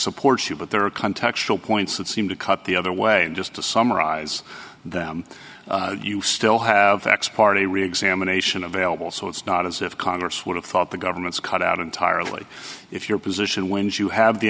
supports you but there are contextual points that seem to cut the other way and just to summarize them you still have ex parte reexamination available so it's not as if congress would have thought the government's cut out entirely if your position wins you have the